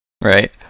Right